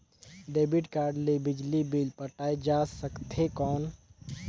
Debit card ले बिजली bill पटाय जा सकथे कौन?